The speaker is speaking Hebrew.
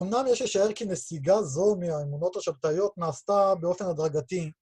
אמנם יש לשאר כי נסיגה זו מהאימונות השבתאיות נעשתה באופן הדרגתי,